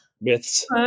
Myths